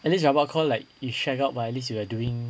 at least rabak call like you shagged out but at least you are doing